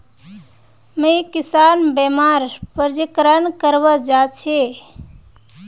मुई किसान बीमार पंजीकरण करवा जा छि